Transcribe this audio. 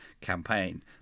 campaign